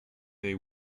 they